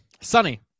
sunny